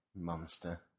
Monster